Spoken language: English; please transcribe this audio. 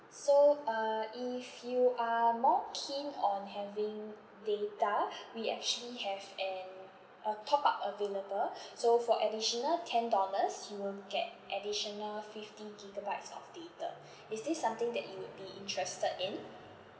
so uh if you are more keen on having data we actually have an a top-up available so for additional ten dollars you will get additional fifty gigabytes of data is this something that you would be interested in